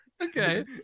Okay